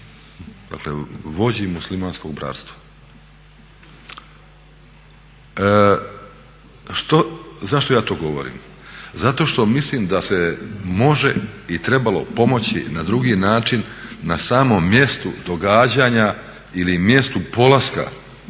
dakle vođi muslimanskog bratstva. Zašto ja to govorim? Zato što mislim da se može i trebalo pomoći na drugi način, na samom mjestu događanja ili mjestu polaska